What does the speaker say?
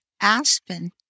Aspen